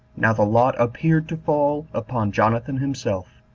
now the lot appeared to fall upon jonathan himself.